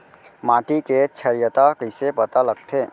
माटी के क्षारीयता कइसे पता लगथे?